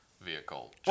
vehicle